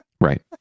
Right